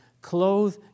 clothe